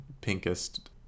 pinkest